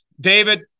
David